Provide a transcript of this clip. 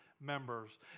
members